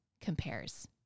compares